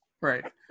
Right